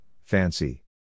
fancy